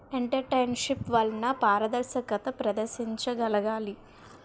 entrepreneurship వలన పారదర్శకత ప్రదర్శించగలగాలి